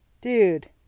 Dude